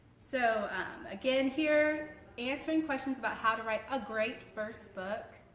so again here answering questions about how to write a great first book.